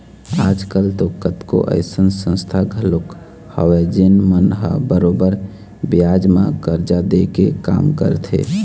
आज कल तो कतको अइसन संस्था घलोक हवय जेन मन ह बरोबर बियाज म करजा दे के काम करथे